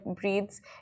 breeds